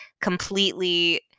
completely